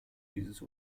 dieses